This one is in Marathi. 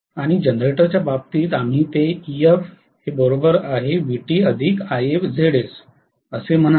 आणि जनरेटरच्या बाबतीत आम्ही ते म्हणाले